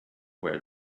where